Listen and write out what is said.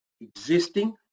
existing